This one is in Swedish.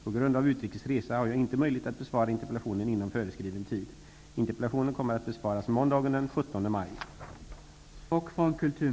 På grund av utrikes resa har jag inte möjlighet att besvara interpellationen inom föreskriven tid. Interpellationen kommer att besvaras måndagen den 17 maj.